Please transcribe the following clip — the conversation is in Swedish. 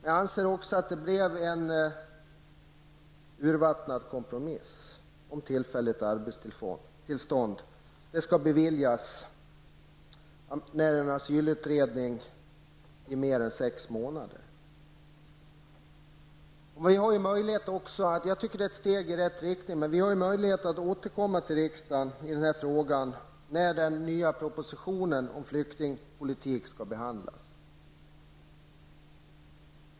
Jag anser också att det blev en urvattnad kompromiss om tillfälligt arbetstillstånd. Det skall beviljas när en asylutredning tar längre tid än sex månader. Det är ett steg i rätt riktning, men vi har ju möjlighet att återkomma till riksdagen med den här frågan när den nya propositionen om flyktingpolitiken skall behandlas.